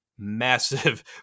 massive